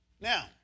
Now